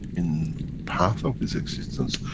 in path of its existence,